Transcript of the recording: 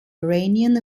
iranian